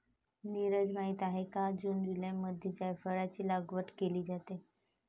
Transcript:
नीरज माहित आहे का जून जुलैमध्ये जायफळाची लागवड केली जाते